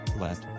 Let